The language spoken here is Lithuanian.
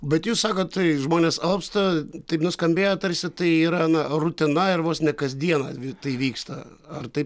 bet jūs sakot tai žmonės alpsta taip nuskambėjo tarsi tai yra na rutina ir vos ne kas dieną tai vyksta ar taip